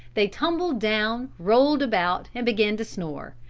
they tumbled down, rolled about and began to snore,